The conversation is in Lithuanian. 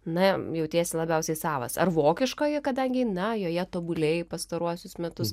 na jautiesi labiausiai savas ar vokiškoji kadangi na joje tobulėji pastaruosius metus